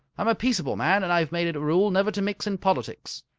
i'm a peaceable man, and i've made it a rule never to mix in politics,